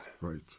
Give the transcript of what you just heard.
Right